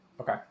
Okay